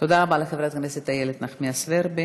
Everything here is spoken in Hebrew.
תודה רבה לחברת הכנסת איילת נחמיאס ורבין.